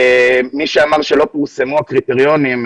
מי שאמר שלא פורסמו הקריטריונים,